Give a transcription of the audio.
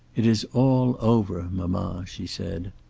it is all over, mamma! she said.